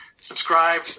Subscribe